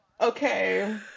Okay